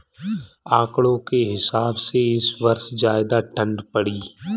आंकड़ों के हिसाब से इस वर्ष ज्यादा ठण्ड पड़ी है